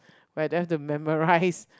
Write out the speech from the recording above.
where I don't have to memorize